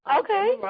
Okay